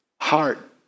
heart